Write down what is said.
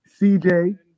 CJ